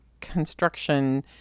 construction